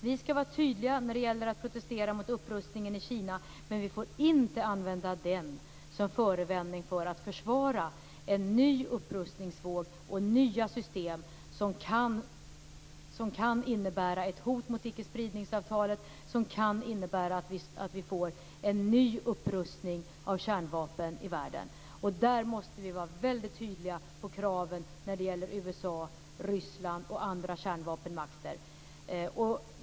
Vi ska vara tydliga när det gäller att protestera mot upprustningen i Kina, men vi får inte använda den som förevändning för att försvara en ny upprustningsvåg och nya system som kan innebära ett hot mot ickespridningsavtalet och att vi får en ny upprustning av kärnvapen i världen. Vi måste vara väldigt tydliga i kraven när det gäller USA, Ryssland och andra kärnvapenmakter.